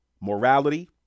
morality